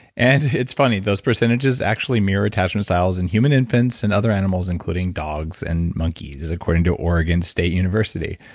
and it's funny, those percentages actually mirror attachment styles in human infants, and other animals including dogs, and monkeys according to oregon state university.